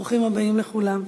ברוכים הבאים לכולם.